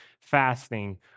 fasting